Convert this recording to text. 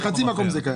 בחצי מקום זה קיים.